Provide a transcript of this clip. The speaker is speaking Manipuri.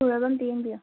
ꯁꯨꯔꯕ ꯑꯝꯇ ꯌꯦꯡꯕꯤꯌꯣ